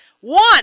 one